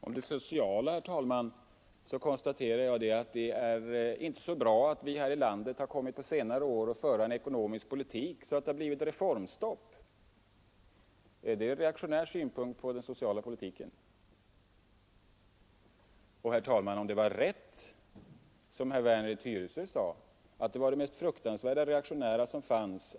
Herr talman! Om det sociala konstaterade jag att det inte är så bra att vi här i landet på senare år har kommit att föra en sådan ekonomisk politik att det blivit ont om resurser och att det har blivit reformstopp. Är det en reaktionär synpunkt på den sociala politiken?